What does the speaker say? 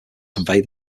convey